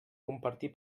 compartir